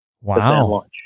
Wow